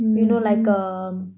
you know like uh